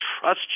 trust